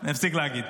אני אפסיק להגיד.